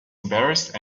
embarrassed